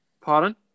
Pardon